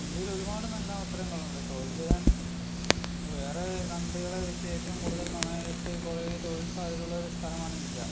ഇന്ത്യയിൽ ഒരുപാട് നല്ല അവസരങ്ങളുണ്ട് തൊഴിൽ ചെയ്യാൻ വേറെ കൺട്രികളെ വച്ച് ഏറ്റവും കൂടുതൽ നന്നായിട്ട് കുറെ തൊഴിൽ സാധ്യതകളുള്ള ഒരു സ്ഥലമാണ് ഇന്ത്യ